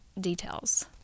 details